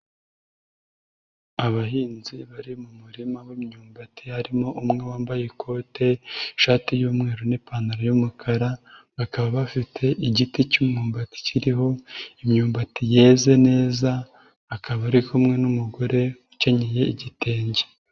Abahinzi bari mu murima w'imyumbati harimo umwe wambaye ikote, ishati y'umweru n'ipantaro y'umukara, bakaba bafite igiti cy'umwumbati kiriho imyumbati yeze neza akaba ari kumwe n'umugore ukenyeye igitenge.